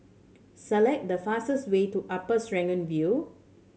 select the fastest way to Upper Serangoon View